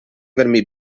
vermi